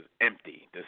empty